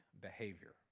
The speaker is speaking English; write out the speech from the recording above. behavior